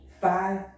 five